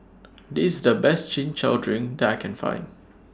This The Best Chin Chow Drink that I Can Find